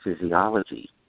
physiology